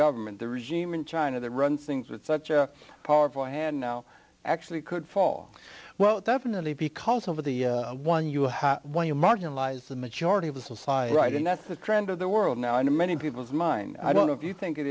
government the regime in china that runs things with such a powerful hand now actually could fall well definitely because of the one you have when you marginalize the majority of the society right and that's the trend of the world now and in many people's mind i don't know if you think it